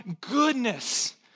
goodness